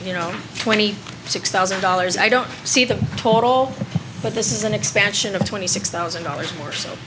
you know twenty six thousand dollars i don't see the total but this is an expansion of twenty six thousand dollars or so